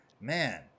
man